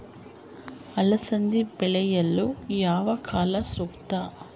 ಅಲಸಂದಿ ಬೆಳೆಯಲು ಯಾವ ಕಾಲ ಸೂಕ್ತ?